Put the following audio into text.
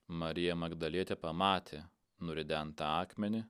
marija magdalietė pamatė nuridentą akmenį